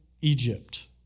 Egypt